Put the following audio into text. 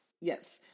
Yes